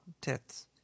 tits